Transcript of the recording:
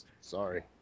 Sorry